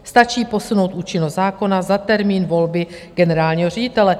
Stačí posunout účinnost zákona za termín volby generálního ředitele.